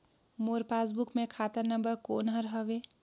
मोर passbook मे खाता number कोन हर हवे?